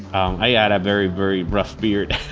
i had a very very rough beard,